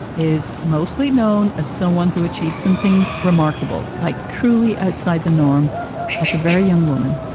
is mostly known as someone who achieved something remarkable, like truly outside the norm as a very young woman.